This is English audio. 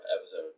episode